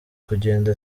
kugenda